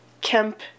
Kemp